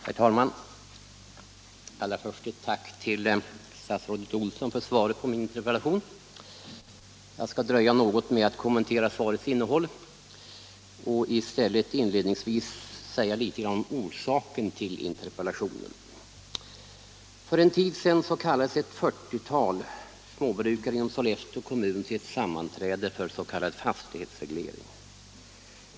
Herr talman! Allra först ett tack till statsrådet Olsson för svaret på min interpellation. Jag skall dröja något med att kommentera svarets innehåll och i stället inledningsvis redovisa orsaken till interpellationen. För en tid sedan kallades ett 40-tal småbrukare inom Sollefteå kommun till ett sammanträde för s.k. fastighetsreglering.